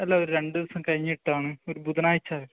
അല്ല ഒരു രണ്ടു ദിവസം കഴിഞ്ഞിട്ടാണ് ഒരു ബുധനാഴ്ച വരും